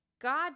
God